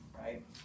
right